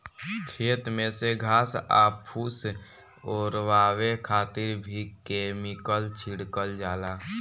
खेत में से घास आ फूस ओरवावे खातिर भी केमिकल छिड़कल जाला